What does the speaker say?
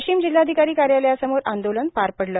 वाशिम जिल्हाधिकारी कार्यालयसमोर आंदोलन पार पडले